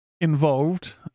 involved